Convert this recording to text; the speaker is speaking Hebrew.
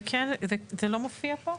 זה לא מופיע פה?